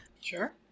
Sure